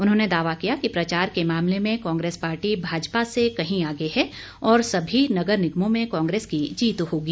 उन्होंने दावा किया कि प्रचार के मामले में कांग्रेस पार्टी भाजपा से कहीं आगे हैं और सभी नगर निगमों में कांग्रेस की जीत होगी